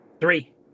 three